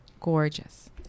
gorgeous